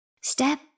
Step